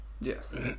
Yes